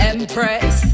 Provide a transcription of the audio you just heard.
Empress